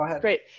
great